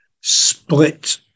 split